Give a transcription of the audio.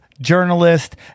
journalist